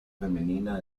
femenina